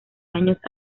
años